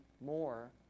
more